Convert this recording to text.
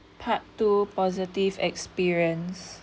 part two positive experience